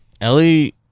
Ellie